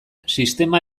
sistema